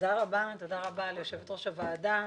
תודה רבה ליושבת ראש הוועדה,